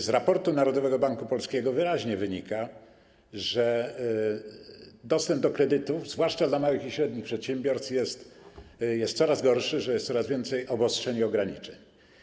Z raportu Narodowego Banku Polskiego wyraźnie wynika, że dostęp do kredytów, zwłaszcza dla małych i średnich przedsiębiorstw, jest coraz gorszy, że jest coraz więcej obostrzeń i ograniczeń.